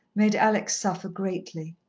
made alex suffer greatly.